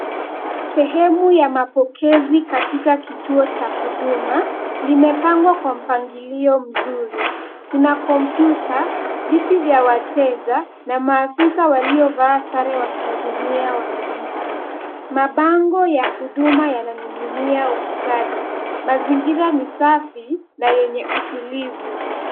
Sehemu ya mapokezi katika kituo cha huduma. Limepangwa kwa mpangilo mzuri. Kuna kompyuta, viti vya wateja na maafisa waliovaa sare wakihudumia wananchi. Mabango ya huduma yananing'inia ukutani. Mazingira ni safi na yenye utulivu.